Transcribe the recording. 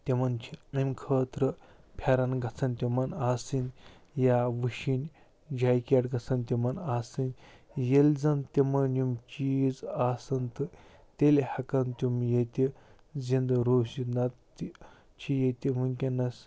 تِمن چھِ اَمہِ خٲطرٕ پھٮ۪رن گَژھن تِمن آسٕنۍ یا وُشِنۍ جیکٮ۪ٹ گَژھن تِمن آسٕنۍ ییٚلہِ زن تِمن یِم چیٖز آسن تہٕ تیٚلہِ ہٮ۪کن تِم ییٚتہِ زِنٛدٕ روٗزِتھ نتہٕ چھِ ییٚتہِ وُنکٮ۪نس